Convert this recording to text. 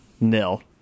Nil